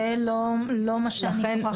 זה לא מה שאני שוחחתי איתו.